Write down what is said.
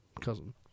cousin